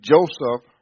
Joseph